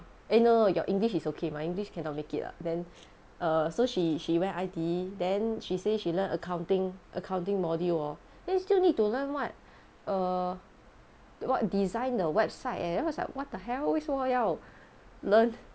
eh no your english is okay my english cannot make it ah then err so she she went I_T_E then she say she learn accounting accounting module hor then still need to learn what err what design the website eh then I was like what the hell 为什么要 learn